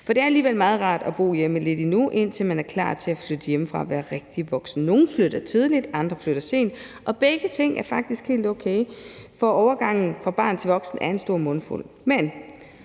For det er alligevel meget rart at bo hjemme lidt endnu, indtil man er klar til at flytte hjemmefra og være rigtig voksen. Nogle flytter tidligt, andre flytter sent, og begge ting er faktisk helt okay, for overgangen fra barn til voksen er en stor mundfuld.